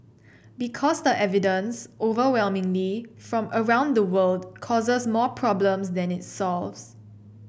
because the evidence overwhelmingly from around the world causes more problems than it solves